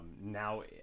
Now